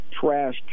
trashed